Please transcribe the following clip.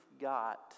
got